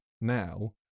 now